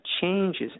changes